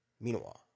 Meanwhile